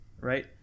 right